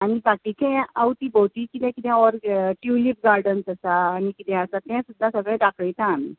आनी बाकीचें आवती भोंवतीं कितें कितें ट्यूलीप गार्डन्स आसा आनी कितें आसा तें सुद्दां सगळें दाखयता आमी